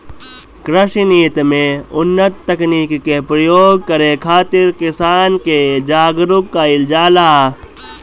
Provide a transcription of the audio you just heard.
कृषि नीति में उन्नत तकनीकी के प्रयोग करे खातिर किसान के जागरूक कईल जाला